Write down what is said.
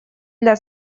для